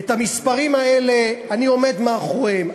המספרים האלה, אני עומד מאחוריהם.